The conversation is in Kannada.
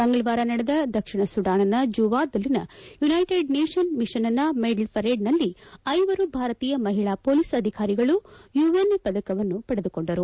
ಮಂಗಳವಾರ ನಡೆದ ದಕ್ಷಿಣ ಸುಡಾನ್ನ ಜುವಾದಲ್ಲಿನ ಯುನ್ನೆಟೆಡ್ನೇಷನ್ ಮಿಷನ್ನ ಮೆಡಲ್ ಪರೇಡ್ನಲ್ಲಿ ಐವರು ಭಾರತೀಯ ಮಹಿಳಾ ಮೊಲೀಸ್ ಅಧಿಕಾರಿಗಳು ಯುಎನ್ ಪದಕಗಳನ್ನು ಪಡೆದುಕೊಂಡರು